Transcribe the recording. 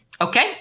Okay